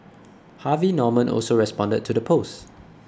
Harvey Norman also responded to the post